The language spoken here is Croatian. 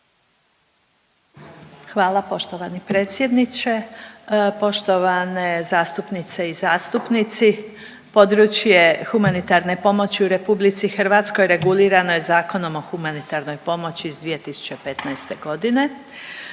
Hvala poštovani predsjedniče. Poštovane zastupnice i zastupnici, područje humanitarne pomoći u RH regulirano je Zakonom o humanitarnoj pomoći iz 2015. godine.